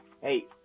Hey